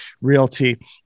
realty